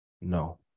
No